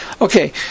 Okay